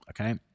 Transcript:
okay